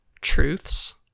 truths